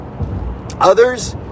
others